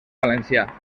valencià